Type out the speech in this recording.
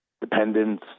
dependence